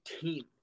team